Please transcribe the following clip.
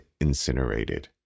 incinerated